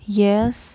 yes